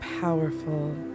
powerful